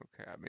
Okay